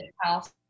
house